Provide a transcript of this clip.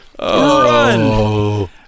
Run